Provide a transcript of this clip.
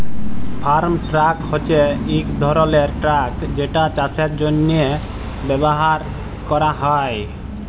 farm truck হছে ইক ধরলের ট্রাক যেটা চাষের জ্যনহে ব্যাভার ক্যরা হ্যয়